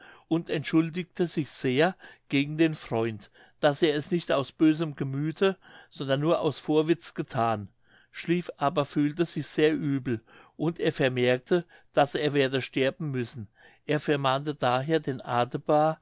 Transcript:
und entschuldigte sich sehr gegen den freund daß er es nicht aus bösem gemüthe sondern nur aus vorwitz gethan schlieff aber fühlte sich sehr übel und er vermerkte daß er werde sterben müssen er vermahnte daher den adebar